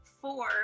Four